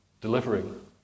delivering